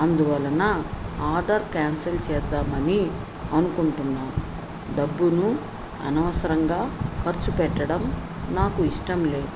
అందువలన order cancel చేద్దామని అనుకుంటున్నాను డబ్బును అనవసరంగా ఖర్చు పెట్టడం నాకు ఇష్టం లేదు